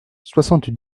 soixante